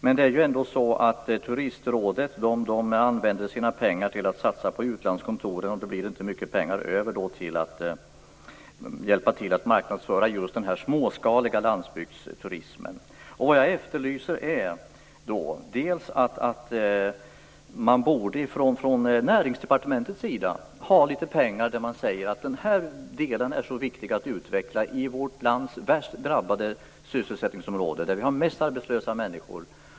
Men Turistrådet använder sina pengar till att satsa på utlandskontoren och det blir inte mycket pengar över till att hjälpa till att marknadsföra den småskaliga landsbygdsturismen. Jag tycker att Näringsdepartementet borde ha litet pengar som man kunde använda till att utveckla olika saker i de områden i vårt land som är värst drabbade när det gäller sysselsättning och har flest arbetslösa människor.